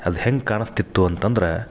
ಅದು ಹೆಂಗ ಕಾಣಸ್ತಿತ್ತು ಅಂತಂದ್ರ